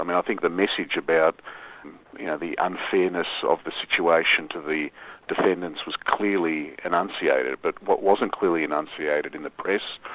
um i think the message about you know the unfairness of the situation to the defendants was clearly enunciated, but what wasn't clearly enunciated in the press,